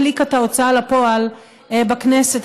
קליקת ההוצאה לפועל בכנסת,